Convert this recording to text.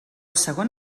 segon